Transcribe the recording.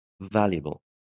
valuable